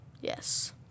Yes